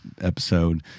episode